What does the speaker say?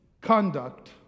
conduct